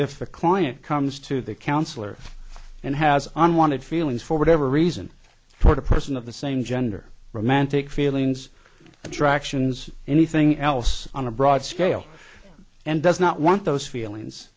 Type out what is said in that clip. the client comes to the counselor and has unwanted feelings for whatever reason toward a person of the same gender romantic feelings attractions anything else on a broad scale and does not want those feelings